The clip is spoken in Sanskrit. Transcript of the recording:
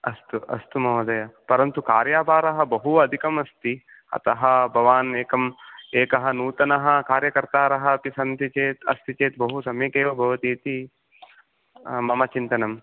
अस्तु अस्तु अस्तु महोदय परन्तु कार्यभारः बहु अधिकमस्ति अतः भवान् एकं एकः नूतनः कार्यकर्तारः अपि सन्ति चेत् अस्ति चेत् बहु सम्यगेव भवतीति मम चिन्तनम्